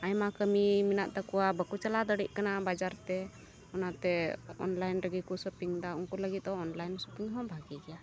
ᱟᱭᱢᱟ ᱠᱟᱹᱢᱤ ᱢᱮᱱᱟᱜ ᱛᱟᱠᱩᱣᱟ ᱵᱟᱠᱩ ᱪᱟᱞᱟᱜ ᱫᱟᱲᱮᱜ ᱠᱟᱱᱟ ᱵᱟᱡᱟᱨᱛᱮ ᱚᱱᱟᱛᱮ ᱚᱱᱞᱟᱭᱤᱱ ᱨᱮᱜᱮ ᱠᱩ ᱥᱚᱯᱤᱝᱫᱟ ᱩᱝᱠᱩ ᱞᱟ ᱜᱤᱫ ᱫᱚ ᱚᱱᱞᱟᱭᱤᱱ ᱥᱚᱯᱤᱝᱦᱚᱸ ᱵᱷᱟᱜᱮ ᱜᱮᱭᱟ